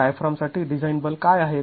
डायफ्रामसाठी design बल काय आहेत